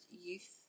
youth